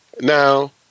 Now